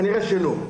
כנראה שלא.